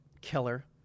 Killer